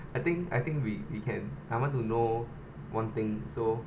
I think I think we we can I want to know one thing so